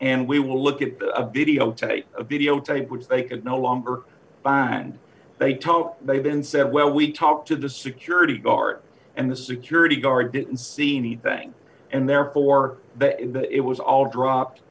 and we will look at the videotape a videotape which they can no longer find they talk they've been said well we talked to the security guard and the security guard didn't see anything and therefore it was all dropped